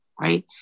right